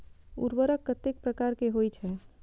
उर्वरक कतेक प्रकार के होई छै?